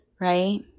Right